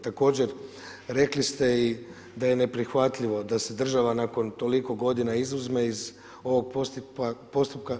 Također, rekli ste i da je neprihvatljivo da se država nakon toliko godina izuzme iz ovog postupka.